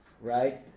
Right